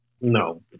no